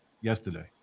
yesterday